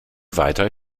weiter